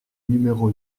numéro